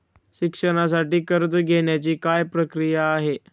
शिक्षणासाठी कर्ज घेण्याची काय प्रक्रिया आहे?